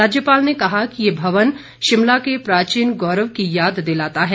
राज्यपाल ने कहा कि ये भवन शिमला के प्राचीन गौरव की याद दिलाता है